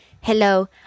Hello